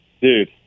dude